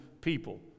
people